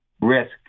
risk